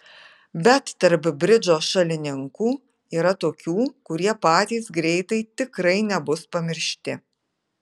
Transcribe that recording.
bet tarp bridžo šalininkų yra tokių kurie patys greitai tikrai nebus pamiršti